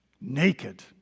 Naked